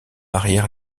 arrière